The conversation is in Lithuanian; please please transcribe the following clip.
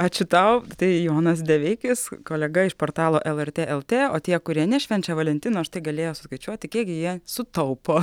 ačiū tau tai jonas deveikis kolega iš portalo lrt lt o tie kurie nešvenčia valentino štai galėjo suskaičiuoti kiekgi jie sutaupo